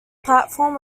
platform